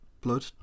blood